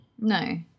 No